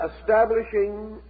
establishing